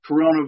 coronavirus